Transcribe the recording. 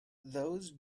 those